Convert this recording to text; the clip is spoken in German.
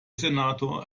senator